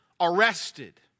arrested